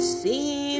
See